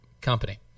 company